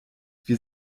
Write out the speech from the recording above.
wir